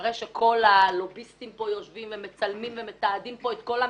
אחרי שכל הלוביסטים פה יושבים ומצלמים ומתעדים פה את כל המתמחים,